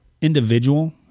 individual